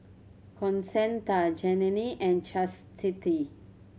Concetta Janene and Chastity